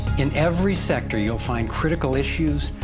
in every sector, you'll find critical issues,